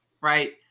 right